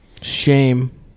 Shame